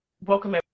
welcome